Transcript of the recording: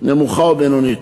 נמוכה או בינונית.